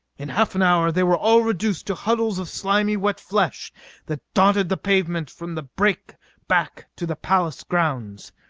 in half an hour they were all reduced to huddles of slimy wet flesh that dotted the pavement from the break back to the palace grounds.